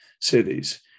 cities